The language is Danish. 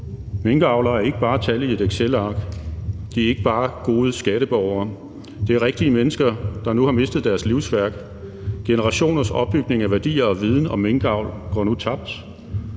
Minkavlere er ikke bare tal i et excelark; de er ikke bare gode skatteborgere; det er rigtige mennesker, der nu har mistet deres livsværk. Generationers opbygning af værdier og viden om minkavl går nu tabt.